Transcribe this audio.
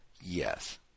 yes